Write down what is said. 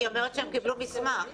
היא אומרת שהם קיבלו מסמך.